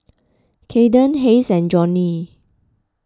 Kaeden Hays and Johny